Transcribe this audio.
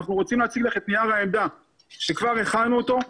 אנחנו רוצים להציג לך את נייר העמדה שכבר הכנו אותו,